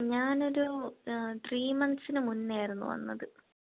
ഞാനൊരു ത്രീ മന്ത്സിനു മുന്നേ ആയിരുന്നു വന്നത്